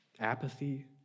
Apathy